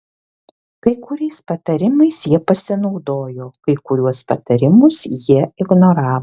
kai kuriais patarimais jie pasinaudojo kai kuriuos patarimus jie ignoravo